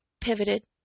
pivoted